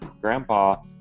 Grandpa